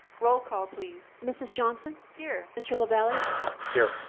roll call, please. mrs. johnson. here. mr. lavalley. here.